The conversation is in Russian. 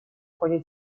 ходе